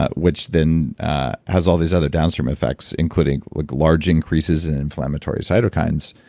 ah which then has all these other downstream effects, including like large increases in inflammatory cytokines.